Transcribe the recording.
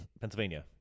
Pennsylvania